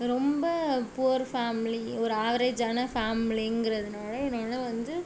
ரொம்ப poor family ஒரு ஆவரேஜான ஃபேம்லிங்கிறதுனால் என்னையெல்லாம் வந்து